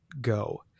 go